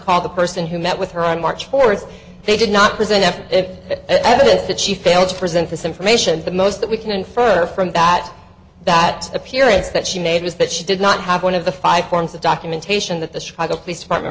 call the person who met with her on march fourth they did not present if it ever did that she failed to present this information the most that we can infer from that that appearance that she made was that she did not have one of the five forms of documentation that the chicago police department